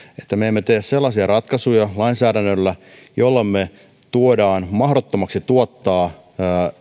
että me emme tee sellaisia ratkaisuja lainsäädännöllä joilla me teemme mahdottomaksi tuottaa